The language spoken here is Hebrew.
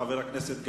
חבר הכנסת גפני,